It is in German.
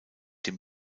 dem